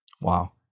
Wow